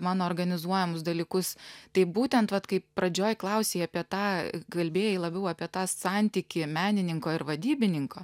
mano organizuojamus dalykus tai būtent vat kaip pradžioj klausei apie tą kalbėjai labiau apie tą santykį menininko ir vadybininko